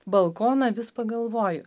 balkoną vis pagalvoju